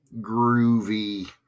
Groovy